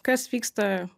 kas vyksta